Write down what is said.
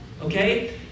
Okay